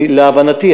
להבנתי,